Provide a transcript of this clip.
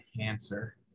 enhancer